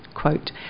Quote